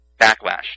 backlash